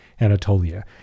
Anatolia